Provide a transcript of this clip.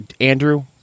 Andrew